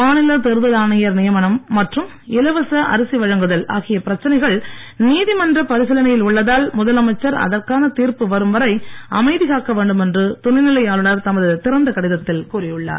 மாநில தேர்தல் ஆணையர் நியமனம் மற்றும் இலவச அரிசி வழங்குதல் ஆகிய பிரச்சனைகள் நீதிமன்ற பரிசீலனையில் உள்ளதால் முதலமைச்சர் அதற்கான தீர்ப்பு வரும் வரை அமைதி காக்க வேண்டும் என்று துணைநிலை ஆளுநர் தமது திறந்தகடிதத்தில் கூறியுள்ளார்